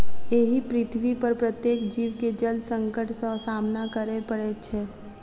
एहि पृथ्वीपर प्रत्येक जीव के जल संकट सॅ सामना करय पड़ैत छै